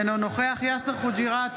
אינו נוכח יאסר חוג'יראת,